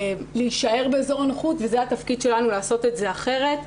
להישאר באזור הנוחות וזה התפקיד שלנו לעשות את זה אחרת.